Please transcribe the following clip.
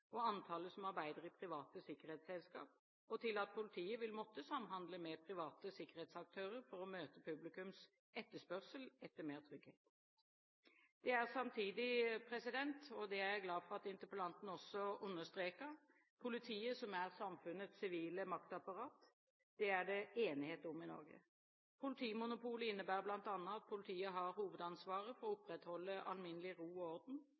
og antallet som arbeider i private sikkerhetsselskap, og til at politiet vil måtte samhandle med private sikkerhetsaktører for å møte publikums etterspørsel etter mer trygghet. Det er samtidig – og jeg er glad for at interpellanten også understreker det – politiet som er samfunnets sivile maktapparat. Det er det enighet om i Norge. Politimonopolet innebærer bl.a. at politiet har hovedansvaret for å opprettholde alminnelig ro og orden,